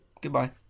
Goodbye